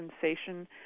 sensation